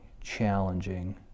challenging